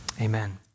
amen